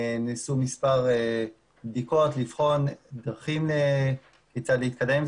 נעשו מספר בדיקות כדי לבחון דרכים כיצד להתקדם עם